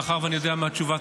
מאחר שאני יודע מה תשובת